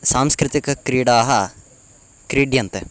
सांस्कृतिकक्रीडाः क्रीड्यन्ते